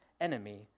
enemy